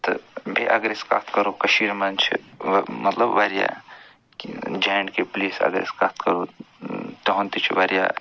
تہٕ بیٚیہِ اگر أسۍ کتھ کَرو کٔشیٖرِ منٛز چھِ مطلب وارِیاہ جے اینٛڈ کے پُلیٖس اگر أسۍ کتھ کَرو تِہُنٛد تہِ چھُ وارِیاہ